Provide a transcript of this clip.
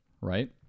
right